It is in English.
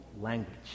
language